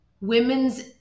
women's